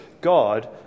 God